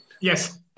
Yes